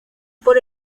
por